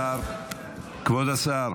אם הבנתי נכון,